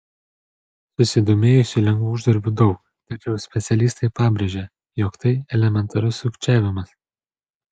susidomėjusių lengvu uždarbiu daug tačiau specialistai pabrėžia jog tai elementarus sukčiavimas